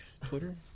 Twitter